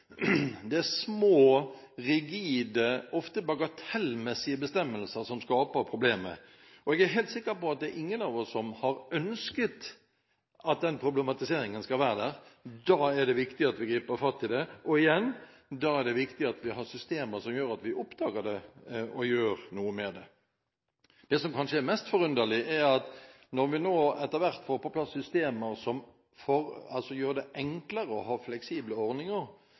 Det er små, rigide, ofte bagatellmessige bestemmelser som skaper problemet, og jeg er helt sikker på at det er ingen av oss som har ønsket at den problematiseringen skal være der. Da er det viktig at vi griper fatt i det, og igjen, da er det viktig at vi har systemer som gjør at vi oppdager det, og gjør noe med det. Det som kanskje er mest forunderlig, er at når vi nå etter hvert får på plass systemer som gjør det enklere å ha fleksible ordninger,